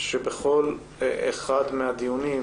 שבכל אחד מהדיונים